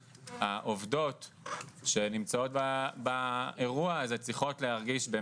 והעובדות שנמצאות באירוע הזה צריכות להרגיש שהן